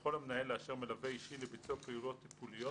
יכול המנהל לאשר מלווה אישי לביצוע פעולות טיפוליות